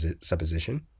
supposition